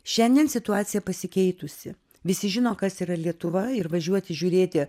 šiandien situacija pasikeitusi visi žino kas yra lietuva ir važiuoti žiūrėti